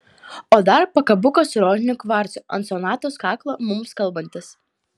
o dar pakabukas su rožiniu kvarcu ant sonatos kaklo mums kalbantis